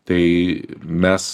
tai mes